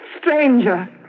stranger